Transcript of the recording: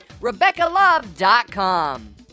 RebeccaLove.com